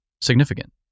Significant